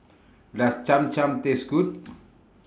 Does Cham Cham Taste Good